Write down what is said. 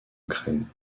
ukraine